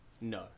No